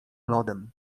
lodem